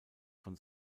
von